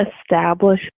establish